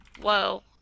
whoa